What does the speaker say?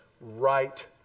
right